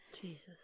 Jesus